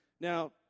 Now